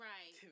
Right